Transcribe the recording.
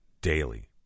daily